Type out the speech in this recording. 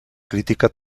crítica